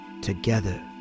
together